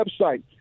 website